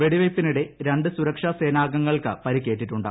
വെടിവയ്പ്പിനിടെ രണ്ട് സുരക്ഷാ സേനാംഗങ്ങൾക്ക് പ്രിക്കേറ്റിട്ടുണ്ട്